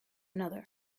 another